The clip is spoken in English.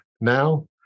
now